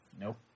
Nope